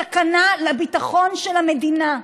סכנה לביטחון של המדינה.